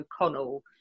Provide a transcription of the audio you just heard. O'Connell